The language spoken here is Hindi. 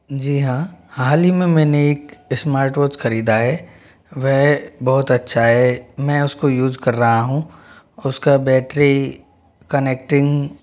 जी हाँ हाल ही में मैंने एक स्मार्ट वॉच खरीदा है वह बहुत अच्छा है मैं उसको उसे यूज कर रहा हूँ उसका बैटरी कनेक्टिंग